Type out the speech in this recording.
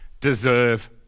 deserve